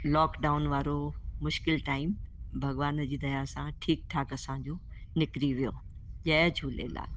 lockdown वारो मुश्किल time भगवान जी दया सां ठीकु ठाक असांजो निकरी वियो जय झूलेलाल